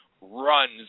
runs